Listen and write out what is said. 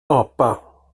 apa